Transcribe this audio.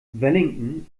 wellington